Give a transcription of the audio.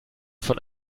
von